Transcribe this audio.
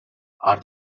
are